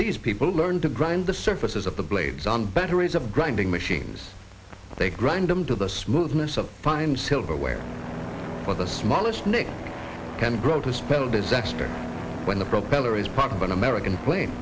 these people learn to grind the surfaces of the blades on batteries of grinding machines they grind them to the smoothness of fine silverware or the smallest nick can grow to spell disaster when the propeller is part of an american plane